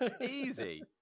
Easy